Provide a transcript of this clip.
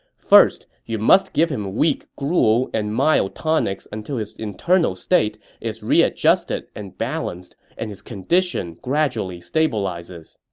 first you must give him weak gruel and mild tonics until his internal state is readjusted and balanced and his condition gradually stabilizes.